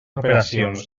operacions